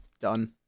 done